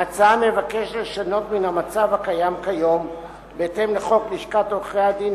ההצעה מבקשת לשנות מן המצב הקיים כיום בהתאם לחוק לשכת עורכי-הדין,